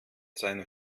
seine